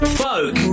folk